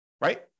right